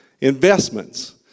investments